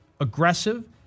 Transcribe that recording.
aggressive